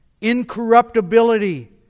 incorruptibility